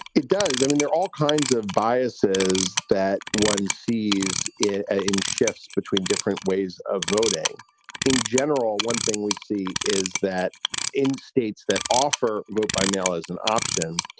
it does. i mean, there are all kinds of biases that one sees it ah in shifts between different ways of voting in general. one thing we see is that in states that offer vote by mail as an option,